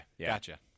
gotcha